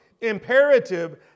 imperative